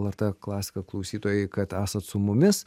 lrt klasika klausytojai kad esat su mumis